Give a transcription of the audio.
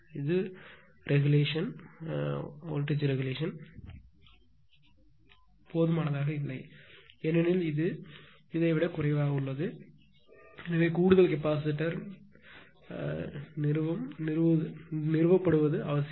ஒழுங்குமுறை போதுமானதாக இல்லை ஏனெனில் இது இதை விட குறைவாக உள்ளது எனவே கூடுதல் கெப்பாசிட்டர் நிறுவல் தேவை